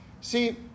See